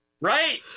right